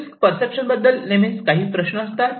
risk perception बद्दल नेहमीच काही प्रश्न असतात